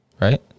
Right